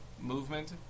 movement